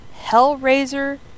Hellraiser